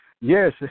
Yes